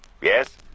Yes